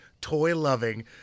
toy-loving